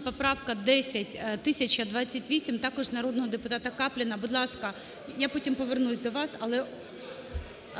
поправка 1028 також народного депутата Капліна. Будь ласка, я потім повернусь до вас, але...